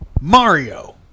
Mario